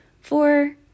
four